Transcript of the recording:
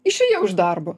išėjau iš darbo